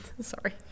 Sorry